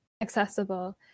accessible